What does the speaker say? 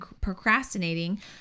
procrastinating